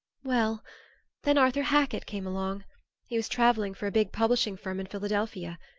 well then arthur hackett came along he was travelling for a big publishing firm in philadelphia.